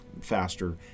faster